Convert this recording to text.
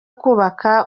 kubaka